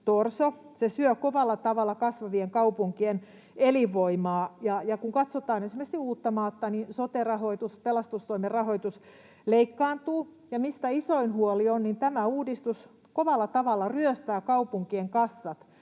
ja se syö kovalla tavalla kasvavien kaupunkien elinvoimaa. Kun katsotaan esimerkiksi Uuttamaata, niin sote-rahoitus ja pelastustoimen rahoitus leikkaantuvat. Ja isoin huoli on, että tämä uudistus kovalla tavalla ryöstää kaupunkien kassat,